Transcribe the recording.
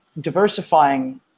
diversifying